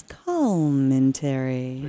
commentary